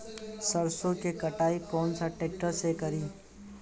सरसों के कटाई कौन सा ट्रैक्टर से करी?